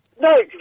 No